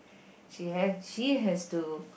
she has she has to